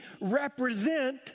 represent